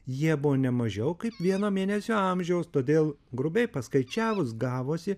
jie buvo nemažiau kaip vieno mėnesio amžiaus todėl grubiai paskaičiavus gavosi